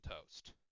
toast